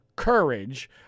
courage